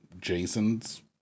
Jasons